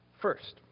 First